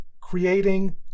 creating